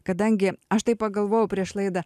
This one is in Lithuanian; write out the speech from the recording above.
kadangi aš taip pagalvojau prieš laidą